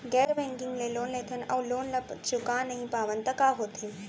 गैर बैंकिंग ले लोन लेथन अऊ लोन ल चुका नहीं पावन त का होथे?